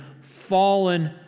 fallen